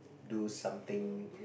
do something